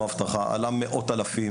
הספורט,